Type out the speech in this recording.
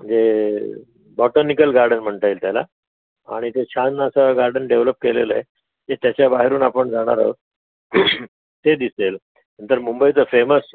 म्हणजे botanical garden म्हणता येईल त्याला आणि ते छान असं गार्डन डेव्हलप केलेलं आहे ते त्याच्या बाहेरून आपण जाणार आहोत ते दिसेल नंतर मुंबईचं फेमस